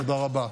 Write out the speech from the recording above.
תודה רבה.